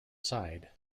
side